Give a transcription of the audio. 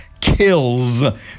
kills